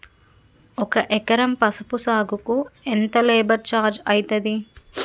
ఒక ఎకరం పసుపు సాగుకు ఎంత లేబర్ ఛార్జ్ అయితది?